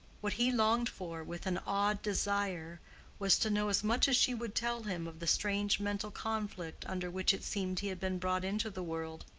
what he longed for with an awed desire was to know as much as she would tell him of the strange mental conflict under which it seemed he had been brought into the world